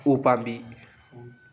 ꯎꯄꯥꯝꯕꯤ